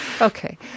Okay